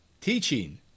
teaching